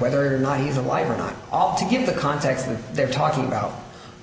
whether or not he's alive or not all to give the context that they're talking about